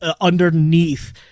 underneath